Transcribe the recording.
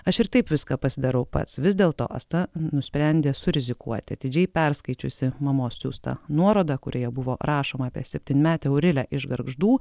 aš ir taip viską pasidarau pats vis dėlto asta nusprendė surizikuoti atidžiai perskaičiusi mamos siųstą nuorodą kurioje buvo rašoma apie septinmetę aurilę iš gargždų